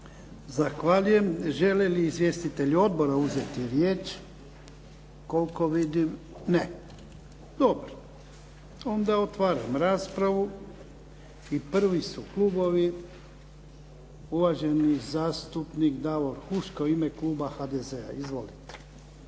Zahvaljujem. Žele li izvjestitelji odbora uzeti riječ? Koliko vidim ne. Dobro. Onda otvaram raspravu. I prvi su klubovi. Uvaženi zastupnik Davor Huška, u ime kluba HDZ-a. Izvolite.